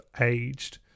aged